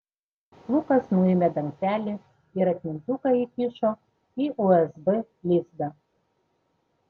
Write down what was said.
lukas nuėmė dangtelį ir atmintuką įkišo į usb lizdą